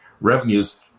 revenues